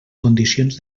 condicions